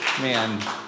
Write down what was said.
Man